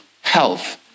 health